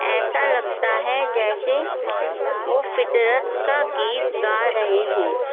ایسا لگتا ہے جیسے وہ فطرت کا گیت گا رہے ہوں